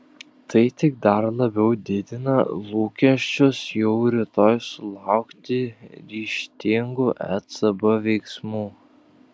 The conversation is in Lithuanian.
tai tik dar labiau didina lūkesčius jau rytoj sulaukti ryžtingų ecb veiksmų